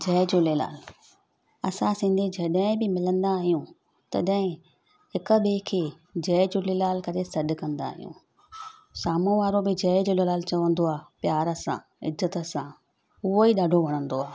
जय झूलेलाल असां सिंधी जॾहिं बि मिलंदा आहियूं तॾहिं हिकु ॿिए खे जय झूलेलाल करे सॾु कंदा आहियूं साम्हूं वारो बि जय झूलेलाल चवंदो आहे प्यार सां इज़त सां उहो ई ॾाढो वणंदो आहे